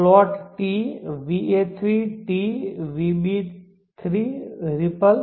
plot t va3 t vb triple t vc3